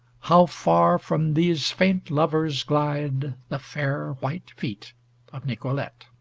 how far from these faint lovers glide the fair white feet of nicolete.